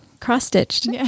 cross-stitched